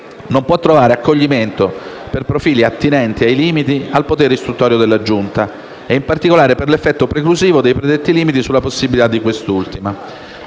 non può trovare accoglimento, per profili attinenti ai limiti al potere istruttorio della Giunta e in particolare per l'effetto preclusivo dei predetti limiti sulla possibilità per quest'ultima